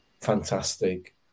fantastic